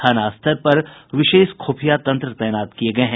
थाना स्तर पर विशेष खुफिया तंत्र तैनात किये गये हैं